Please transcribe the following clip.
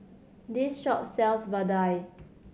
this shop sells vadai